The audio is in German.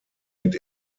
mit